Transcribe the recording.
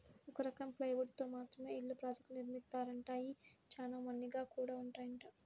ఒక రకం ప్లైవుడ్ తో మాత్రమే ఇళ్ళ ప్రాజెక్టులను నిర్మిత్తారంట, అయ్యి చానా మన్నిగ్గా గూడా ఉంటాయంట